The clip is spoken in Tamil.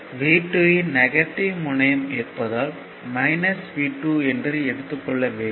V2 யின் நெகட்டிவ் முனையம் இருப்பதால் V2 என்று எடுத்துக் கொள்ள வேண்டும்